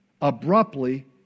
abruptly